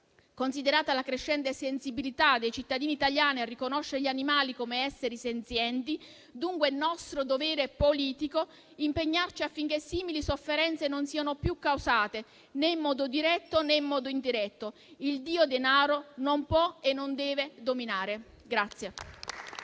Considerata la crescente sensibilità dei cittadini italiani a riconoscere gli animali come esseri senzienti, dunque, è nostro dovere politico impegnarci affinché simili sofferenze non siano più causate né in modo diretto né in modo indiretto. Il dio denaro non può e non deve dominare.